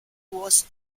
was